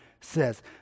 says